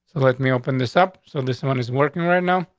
let me open this up. so this one is working right now?